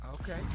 Okay